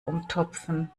umtopfen